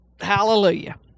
hallelujah